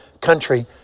country